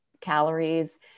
calories